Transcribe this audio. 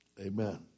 Amen